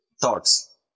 thoughts